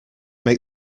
make